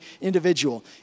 individual